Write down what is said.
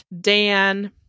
Dan